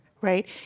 right